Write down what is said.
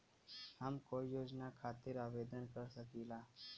हम कोई योजना खातिर आवेदन कर सकीला?